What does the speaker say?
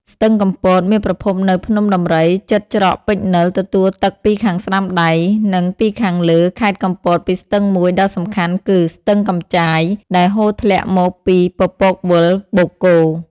ស្ទឹងកំពត មានប្រភពនៅភ្នំដំរីជិតច្រកពេជ្រនិល ទទួលទឹកពីខាងស្តាំដៃ និងពីខាងលើខេត្តកំពតពីស្ទឹងមួយដ៏សំខាន់គឺ ស្ទឹងកំចាយ ដែលហូរធ្លាក់មកពីពពកវិល (បូកគោ)។